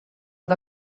que